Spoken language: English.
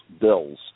bills